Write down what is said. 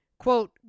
Quote